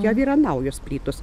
jau yra naujos plytos